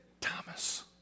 Thomas